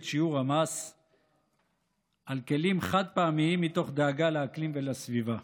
שיעור המס על כלים חד-פעמיים מתוך דאגה לאקלים ולסביבה.